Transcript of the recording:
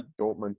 Dortmund